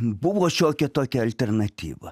buvo šiokia tokia alternatyva